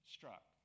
struck